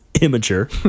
immature